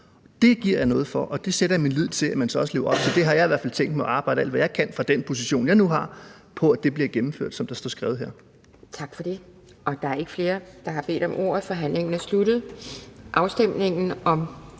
Det giver jeg noget for, og det sætter jeg min lid til at man så også lever op til. Der har jeg i hvert fald tænkt mig at arbejde alt, hvad jeg kan, fra den position, jeg nu har, på, at det, der står skrevet her, bliver gennemført. Kl. 12:39 Anden næstformand (Pia Kjærsgaard): Tak for det. Der er ikke flere, der har bedt om ordet. Forhandlingen er sluttet. Afstemningen om